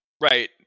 Right